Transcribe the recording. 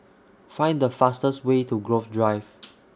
Find The fastest Way to Grove Drive